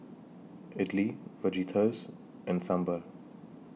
Idili Fajitas and Sambar